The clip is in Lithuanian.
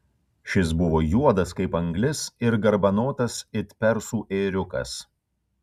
šis buvo juodas kaip anglis ir garbanotas it persų ėriukas